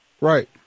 Right